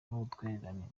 n’ubutwererane